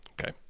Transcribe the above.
Okay